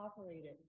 operated